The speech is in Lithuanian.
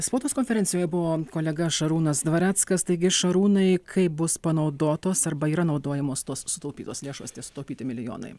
spaudos konferencijoje buvo kolega šarūnas dvareckas taigi šarūnai kaip bus panaudotos arba yra naudojamos tos sutaupytos lėšos tie sutaupyti milijonai